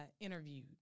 interviewed